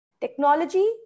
Technology